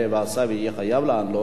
אז אנחנו יכולים לדחות את זה לשבוע הבא,